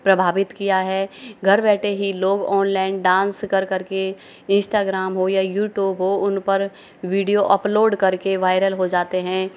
प्रभावित किया है घर बैठे ही लोग ऑनलाइन डांस कर करके इंस्टाग्राम हो या यूट्यूब हो उन पर वीडियो अपलोड करके वायरल हो जाते हैं